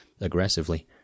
aggressively